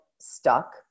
stuck